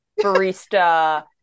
barista